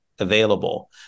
available